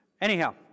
Anyhow